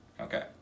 Okay